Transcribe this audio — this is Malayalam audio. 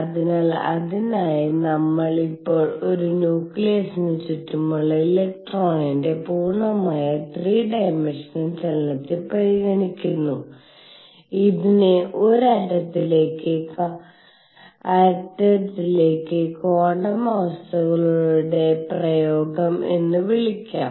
അതിനാൽ അതിനായി നമ്മൾ ഇപ്പോൾ ഒരു ന്യൂക്ലിയസിന് ചുറ്റുമുള്ള ഇലക്ട്രോണിന്റെ പൂർണ്ണമായ 3 ഡൈമൻഷണൽ ചലനത്തെ പരിഗണിക്കുന്നു ഇതിനെ ഒരു ആറ്റത്തിലേക്ക് ക്വാണ്ടം അവസ്ഥകളുടെ പ്രയോഗം എന്നും വിളിക്കാം